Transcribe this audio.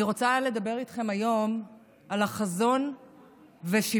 אני רוצה לדבר איתכם היום על החזון ושברו.